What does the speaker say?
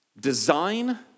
design